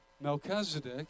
Melchizedek